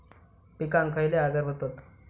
पिकांक खयले आजार व्हतत?